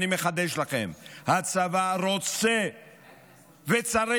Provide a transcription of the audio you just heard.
אני מחדש לכם, הצבא רוצה וצריך